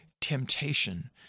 temptation